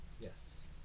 Yes